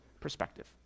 perspective